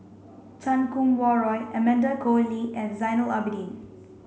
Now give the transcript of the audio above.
Chan Kum Wah Roy Amanda Koe Lee and Zainal Abidin